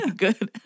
good